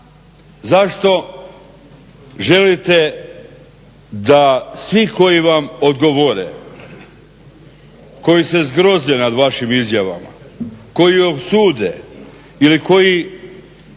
Zašto želite da svi koji vam odgovore, koji se zgroze nad vašim izjavama, koji osude ili koji